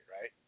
right